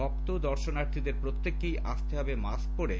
ভক্ত দর্শনার্থীদের প্রত্যেককেই আসতে হবে মাস্ক পরে